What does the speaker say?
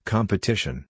Competition